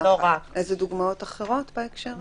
איזה דוגמאות אחרות בהקשר הזה?